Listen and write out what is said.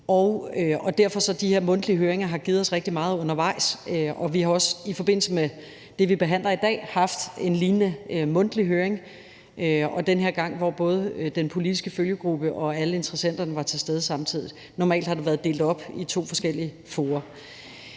Derfor har de her mundtlige høringer givet os rigtig meget undervejs, og vi har også i forbindelse med det, vi behandler i dag, haft en lignende mundtlig høring, og den her gang var både den politiske følgegruppe og alle interessenter til stede samtidigt. Normalt har det været delt op i to forskellige fora.